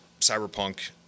cyberpunk